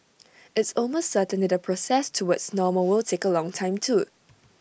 it's almost certain that the process towards normal will take A long time too